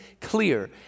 clear